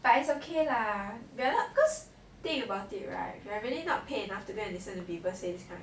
but it's okay lah ya lah because think about it right we are really not paid enough to go and listen to people say this kind of shit